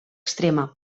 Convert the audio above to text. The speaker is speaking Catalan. extrema